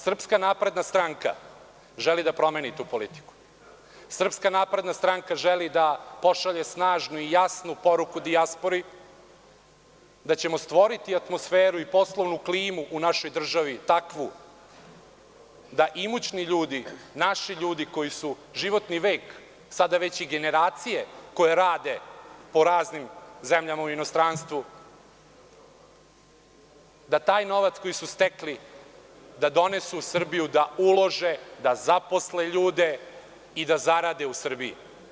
Srpska napredna stranka želi da promeni tu politiku, želi da pošalje snažnu i jasnu poruku dijaspori da ćemo stvoriti atmosferu i poslovnu klimu u našoj takvu da imućni ljudi, naši ljudi koji su životni vek, sada već i generacije koje rade po raznim zemljama u inostranstvu, da taj novac koji su stekli, da donesu u Srbiju, da ulože, da zaposle ljude i da zarade u Srbiji.